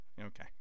Okay